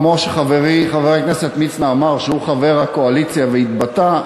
כמו שחברי חבר הכנסת מצנע אמר שהוא חבר הקואליציה והתבטא,